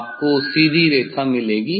आपको सीधी रेखा मिलेगी